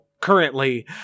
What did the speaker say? currently